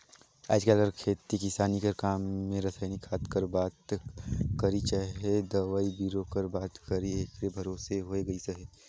आएज काएल कर खेती किसानी कर काम में रसइनिक खाद कर बात करी चहे दवई बीरो कर बात करी एकरे भरोसे होए गइस अहे